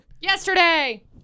Yesterday